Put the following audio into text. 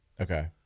Okay